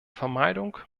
vermeidung